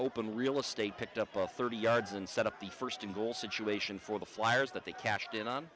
open real estate picked up a thirty yards and set up the first in goal situation for the flyers that they cashed in on